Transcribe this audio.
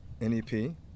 NEP